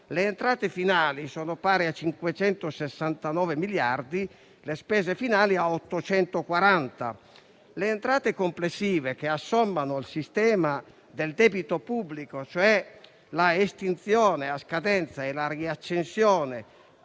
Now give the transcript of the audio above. Le entrate finali sono pari a 569 miliardi e le spese finali a 840 miliardi. Le entrate complessive, che assommano il sistema del debito pubblico, cioè l'estinzione a scadenza e la riaccensione